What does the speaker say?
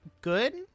good